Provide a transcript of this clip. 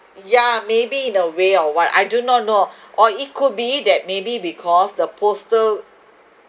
ya maybe in a way or what I do not know or it could be that maybe because the postal